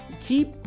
keep